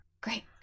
Great